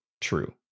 true